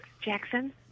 Jackson